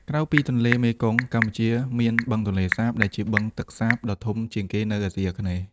ក្រៅពីទន្លេមេគង្គ កម្ពុជាមាន បឹងទន្លេសាប ដែលជាបឹងទឹកសាបដ៏ធំជាងគេនៅអាស៊ីអាគ្នេយ៍។